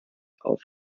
auf